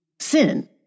sin